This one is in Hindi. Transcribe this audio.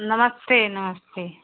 नमस्ते नमस्ते